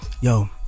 yo